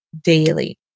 daily